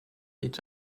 each